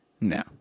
No